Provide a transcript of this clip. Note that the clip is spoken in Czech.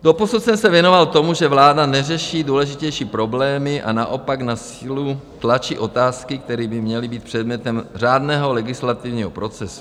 Doposud jsem se věnoval tomu, že vláda neřeší důležitější problémy a naopak na sílu tlačí otázky, které by měly být předmětem řádného legislativního procesu.